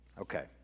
Okay